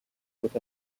with